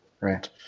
Right